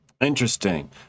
interesting